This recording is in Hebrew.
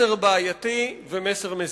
בעייתי ומזיק.